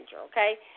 okay